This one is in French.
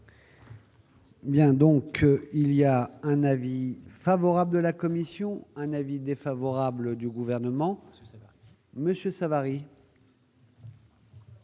Bien, donc il y a un avis favorable de la commission, un avis défavorable du gouvernement Monsieur Savary.